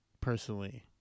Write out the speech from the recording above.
personally